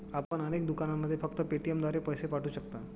आपण अनेक दुकानांमध्ये फक्त पेटीएमद्वारे पैसे पाठवू शकता